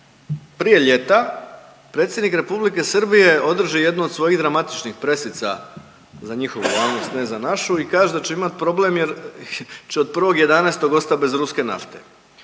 prije ljeta predsjednik Republike Srbije održi jednu od svojih dramatičnih presica za njihovu javnost, ne za našu i kaže da će imat problem jer će od 1.11. ostat bez ruske nafte.